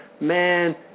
man